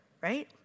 right